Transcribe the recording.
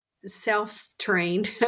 self-trained